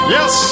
Yes